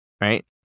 right